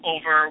Over